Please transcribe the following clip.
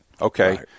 Okay